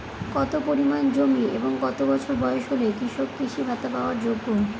কত পরিমাণ জমি এবং কত বছর বয়স হলে কৃষক কৃষি ভাতা পাওয়ার যোগ্য?